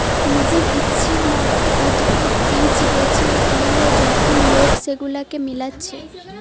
নিজের ইচ্ছের মত উদ্ভিদ, বীজ বেছে লিয়ে যখন লোক সেগুলাকে মিলাচ্ছে